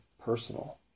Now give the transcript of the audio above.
personal